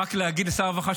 רק להגיד לשר הרווחה,